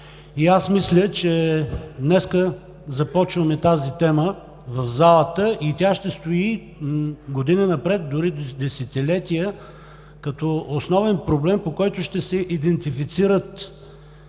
Мисля, че днес започваме тази тема в залата и тя ще стои години напред дори до десетилетия като основен проблем, по който ще се идентифицират